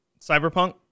Cyberpunk